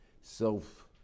self